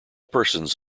persons